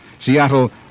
Seattle